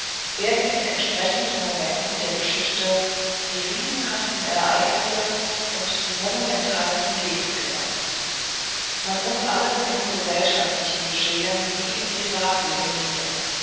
werden in entsprechenden momenten der geschichte die riesenhaftesten ereignisse und die monumentalsten gesten gemacht man muß alles im gesellschaftlichen geschehen wie im privatleben nehmen